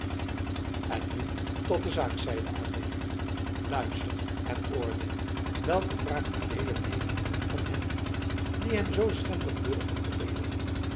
en nu tot de zaak zeide adeelen luister en oordeel welke wraak adeelen nemen moet van hen die hem zoo schendig durven beleedigen